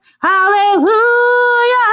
hallelujah